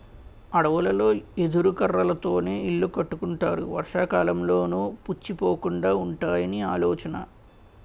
అడవులలో ఎదురు కర్రలతోనే ఇల్లు కట్టుకుంటారు వర్షాకాలంలోనూ పుచ్చిపోకుండా వుంటాయని ఆలోచన